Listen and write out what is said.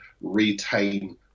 retain